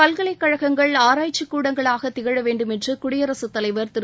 பல்கலைக்கழகங்கள் ஆராய்ச்சிக் கூடங்களாக திகழ வேண்டும் என்று குடியரசுத் தலைவர் திரு